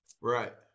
Right